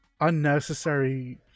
unnecessary